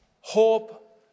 hope